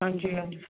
ਹਾਂਜੀ ਹਾਂਜੀ